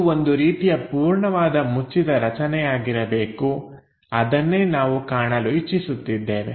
ಇದು ಒಂದು ರೀತಿಯ ಪೂರ್ಣವಾದ ಮುಚ್ಚಿದ ರಚನೆಯಾಗಿರಬೇಕು ಅದನ್ನೇ ನಾವು ಕಾಣಲು ಇಚ್ಚಿಸುತ್ತಿದ್ದೇವೆ